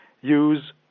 use